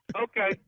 Okay